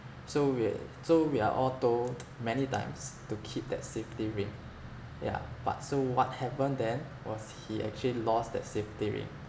so we're so we are all told many times to keep that safety ring yeah but so what happened then was he actually lost that safety ring